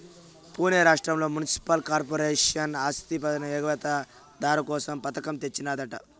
పునే రాష్ట్రంల municipal corporation ఆస్తిపన్ను ఎగవేత దారు కోసం ఈ పథకం తెచ్చినాదట